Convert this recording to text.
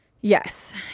yes